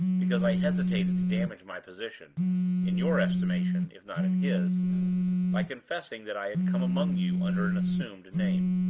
because i hesitated to damage my position in your estimation, if not in his by confessing that i had come among you under an assumed name.